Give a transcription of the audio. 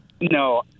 No